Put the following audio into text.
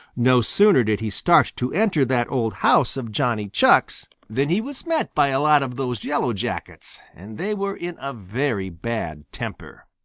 no sooner did he start to enter that old house of johnny chuck's than he was met by a lot of those yellow jackets, and they were in a very bad temper.